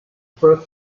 first